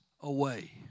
away